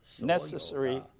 necessary